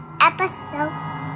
episode